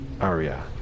aria